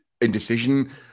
indecision